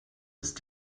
ist